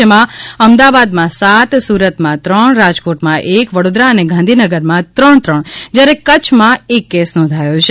જેમાં અમદાવાદમાં સાત સુરતમાં ત્રણ રાજકોટમાં એક વડોદરા અને ગાંધીનગરમાં ત્રણ ત્રણ જયારે કચ્છમાં એક કેસ નોધાયો છે